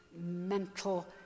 mental